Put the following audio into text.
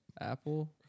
Apple